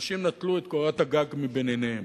אנשים נטלו את קורת הגג מבין עיניהם.